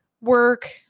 work